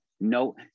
No